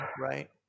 right